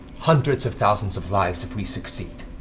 hundreds of thousands of lives, if we succeed.